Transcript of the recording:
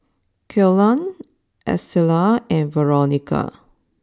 Kellan Estella and Veronica